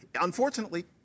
Unfortunately